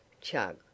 chug